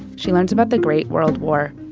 she learns about the great world war,